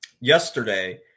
yesterday